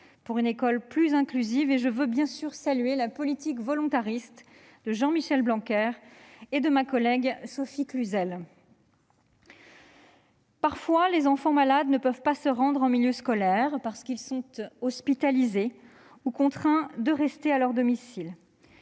pour une école plus inclusive. Je veux saluer, à cet égard, la politique volontariste de Jean-Michel Blanquer et de ma collègue Sophie Cluzel. Dans certains cas, les enfants malades ne peuvent pas se rendre en milieu scolaire, parce qu'ils sont hospitalisés ou contraints de rester à leur domicile.